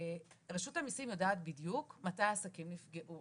רשות המיסים יודעת בדיוק מתי העסקים נפגעו.